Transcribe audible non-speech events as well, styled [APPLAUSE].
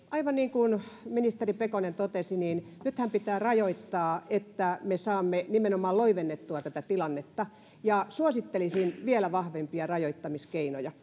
aivan niin kuin ministeri pekonen totesi niin nythän pitää rajoittaa niin että me saamme nimenomaan loivennettua tätä tilannetta ja suosittelisin vielä vahvempia rajoittamiskeinoja [UNINTELLIGIBLE]